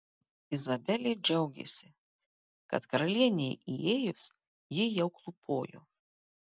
izabelė džiaugėsi kad karalienei įėjus ji jau klūpojo